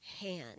hand